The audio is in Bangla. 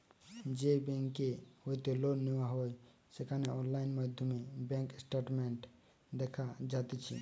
যেই বেংক হইতে লোন নেওয়া হয় সেখানে অনলাইন মাধ্যমে ব্যাঙ্ক স্টেটমেন্ট দেখা যাতিছে